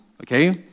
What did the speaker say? Okay